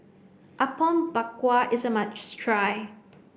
Apom Berkuah is a must try